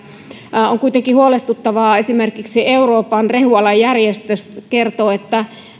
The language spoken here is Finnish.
on kuitenkin huolestuttavaa esimerkiksi euroopan rehualan järjestö kertoo näin että